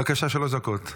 בבקשה, חמש דקות.